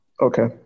Okay